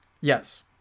Yes